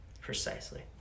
precisely